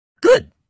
Good